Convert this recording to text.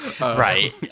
Right